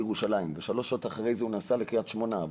בירושלים ושלוש שעות אחרי זה הוא נסע לקריית שמונה,